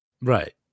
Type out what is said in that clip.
Right